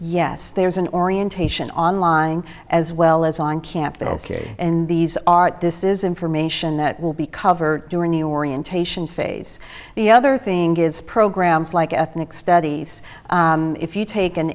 yes there's an orientation online as well as on campuses and these are this is information that will be covered during the orientation phase the other thing is programs like ethnic studies if you take an